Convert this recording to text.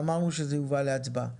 ואמרנו שזה יובא להצבעה.